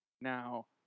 Now